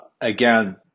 again